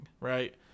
right